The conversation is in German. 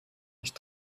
nicht